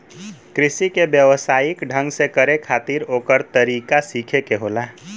कृषि के व्यवसायिक ढंग से करे खातिर ओकर तरीका सीखे के होला